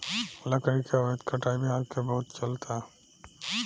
लकड़ी के अवैध कटाई भी आजकल बहुत चलता